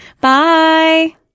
Bye